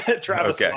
Travis